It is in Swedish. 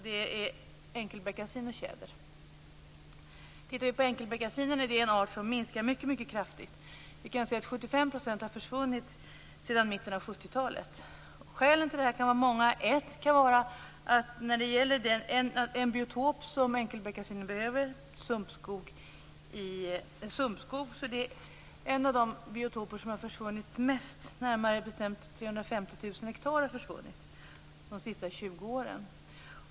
Det gäller här enkelbeckasin och tjäder. Enkelbeckasinen är en art som minskar mycket kraftigt. Vi kan se att 75 % har försvunnit sedan mitten av 1970-talet. Skälen till detta kan vara många. Ett kan vara att den biotop som enkelbeckasinen behöver, sumpskog, är en av de biotoper som har försvunnit i störst utsträckning. Närmare bestämt har 350 000 hektar försvunnit de senaste 20 åren.